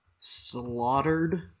Slaughtered